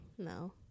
No